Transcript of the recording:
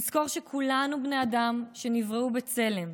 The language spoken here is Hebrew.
נזכור שכולנו בני אדם שנבראו בצלם.